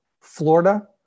Florida